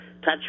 touch